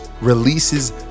releases